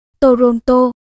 Toronto